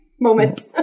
moments